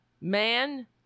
man